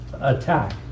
attack